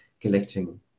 collecting